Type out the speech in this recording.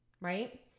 Right